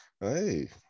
Hey